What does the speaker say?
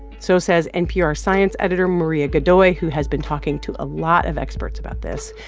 so says npr science editor maria godoy, who has been talking to a lot of experts about this.